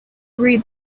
read